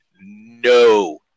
no